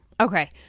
Okay